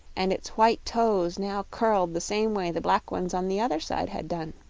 and its white toes now curled the same way the black ones on the other side had done.